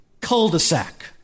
Cul-de-sac